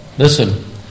Listen